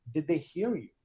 did they hear you?